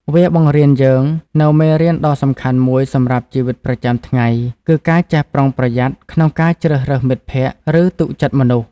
វាបង្រៀនយើងនូវមេរៀនដ៏សំខាន់មួយសម្រាប់ជីវិតប្រចាំថ្ងៃ គឺការចេះប្រុងប្រយ័ត្នក្នុងការជ្រើសរើសមិត្តភ័ក្តិ ឬទុកចិត្តមនុស្ស។